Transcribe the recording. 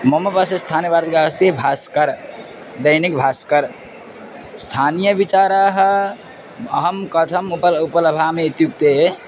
मम पार्श्वे स्थानेवार्तिकाः अस्ति भास्कर् दैनिक् भास्कर् स्थानीयविचाराः अहं कथम् उप उपलभामि इत्युक्ते